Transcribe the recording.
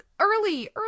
early